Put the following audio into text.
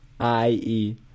I-E